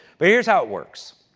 but here's how it works.